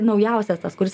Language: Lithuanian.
naujausias tas kuris